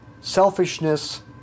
selfishness